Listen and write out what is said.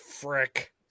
frick